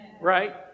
Right